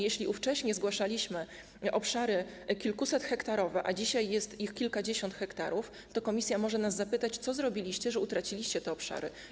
Jeśli ówcześnie zgłaszaliśmy obszary kilkusethektarowe, a dzisiaj jest to kilkadziesiąt hektarów, to Komisja może nas zapytać, co zrobiliście, że utraciliście te obszary.